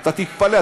אתה תתפלא,